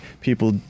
people